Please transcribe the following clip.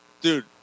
dude